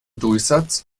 durchsatz